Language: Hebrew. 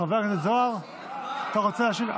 אתה רוצה להשיב?